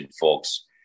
folks